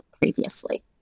previously